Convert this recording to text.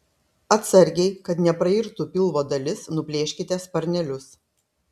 atsargiai kad neprairtų pilvo dalis nuplėškite sparnelius